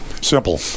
Simple